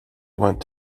went